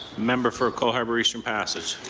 member for cole harbour-eastern passage.